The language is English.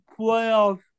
playoffs